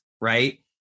right